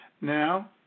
Now